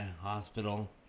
hospital